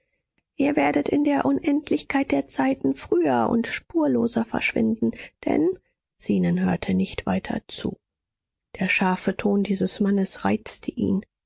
ihr werdet in der unendlichkeit der zeiten früher und spurloser verschwinden denn zenon hörte nicht weiter zu der scharfe ton dieses mannes reizte ihn